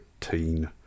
teen